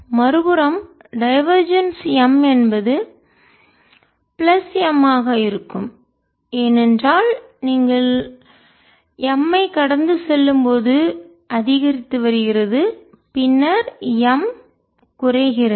மறுபுறம் divergence M என்பது plus M ஆக இருக்கும் ஏனென்றால் நீங்கள் M ஐ கடந்து செல்லும்போது அதிகரித்து வருகிறது பின்னர் M குறைகிறது